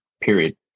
period